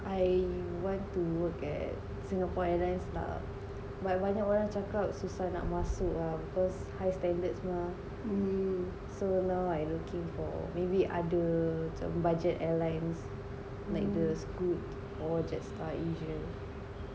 I want to work at singapore airlines lah but banyak orang cakap susah nak masuk ah because high standard semua so now I looking for maybe other travel budget airlines like the Scoot or Jetstar asia